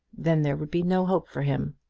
then there would be no hope for him.